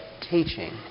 teaching